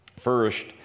First